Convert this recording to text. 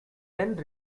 then